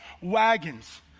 wagons